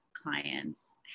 clients